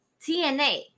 TNA